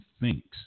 thinks